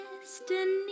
destiny